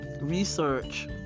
research